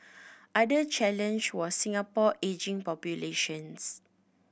other challenge was Singapore ageing population